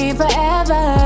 forever